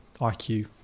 IQ